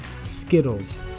Skittles